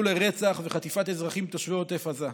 לרצח וחטיפת אזרחים תושבי עוטף עזה.